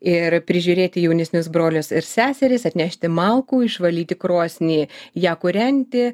ir prižiūrėti jaunesnius brolius ir seseris atnešti malkų išvalyti krosnį ją kūrenti